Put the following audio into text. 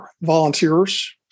volunteers